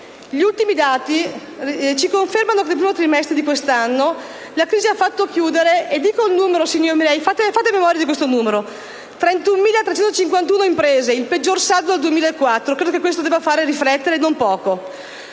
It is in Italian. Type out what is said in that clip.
Gli ultimi dati ci confermano che, nel primo trimestre di questo anno, la crisi ha fatto chiudere - fate memoria di questo numero - 31.351 imprese, il peggiore saldo dal 2004, e credo che questo debba farci riflettere e non poco.